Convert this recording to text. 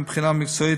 מבחינה מקצועית,